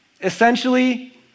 Essentially